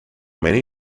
many